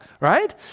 right